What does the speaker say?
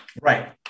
Right